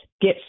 Get